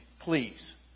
please